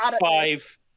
five